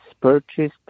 purchased